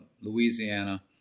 Louisiana